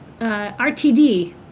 RTD